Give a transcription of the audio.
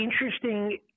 interesting